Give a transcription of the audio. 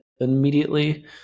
immediately